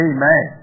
Amen